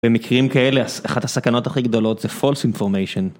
במקרים כאלה אחת הסכנות הכי גדולות זה false information.